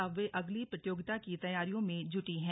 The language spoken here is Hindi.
अब वे अगली प्रतियोगिता की तैयारियों में जुटी हैं